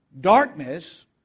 Darkness